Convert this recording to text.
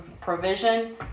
provision